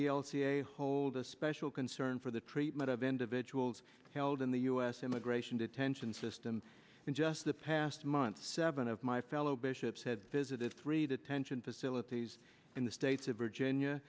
c a hold a special concern for the treatment of individuals held in the u s immigration detention system in just the past month seven of my fellow bishops had visited three detention facilities in the states of virginia